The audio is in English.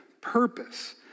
purpose